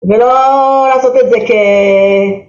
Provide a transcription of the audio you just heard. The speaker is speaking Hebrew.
ולא לעשות את זה כ...